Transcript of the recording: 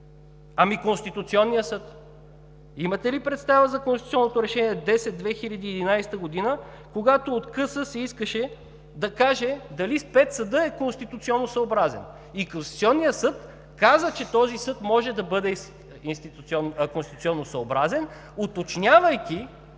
Ами Конституционният съд? Имате ли представа за Конституционното решение 10/2011 г., когато от Конституционния съд се искаше да каже дали спецсъдът е конституционно съобразен и Конституционният съд каза, че този съд може да бъде конституционно съобразен, уточнявайки,